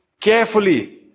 carefully